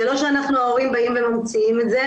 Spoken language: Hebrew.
זה לא שאנחנו ההורים באים וממציאים את זה,